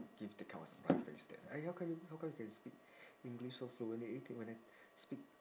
give the kind of surprised face that eh how come you how come you can speak english so fluently eh then when I speak